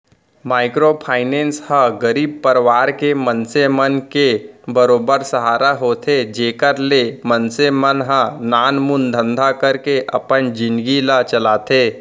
micro finance ह गरीब परवार के मनसे मन के बरोबर सहारा होथे जेखर ले मनसे मन ह नानमुन धंधा करके अपन जिनगी ल चलाथे